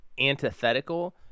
antithetical